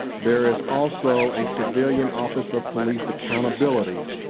there is also a civilian office of police account ability.